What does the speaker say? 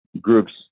groups